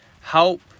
help